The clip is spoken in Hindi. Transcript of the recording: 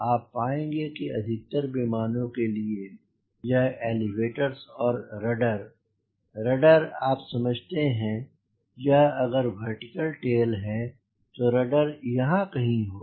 आप पाएंगे कि अधिकतर विमानों के लिए यह एलिवेटर्स और रडर रडर आप समझते यह अगर यह वर्टीकल टेल तो रडर यहाँ कहीं होगा